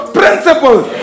principles